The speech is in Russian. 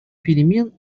перемен